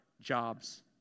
jobs